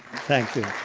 thank you.